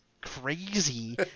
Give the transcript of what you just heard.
crazy